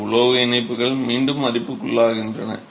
இந்த உலோக இணைப்புகள் மீண்டும் அரிப்புக்குள்ளாகின்றன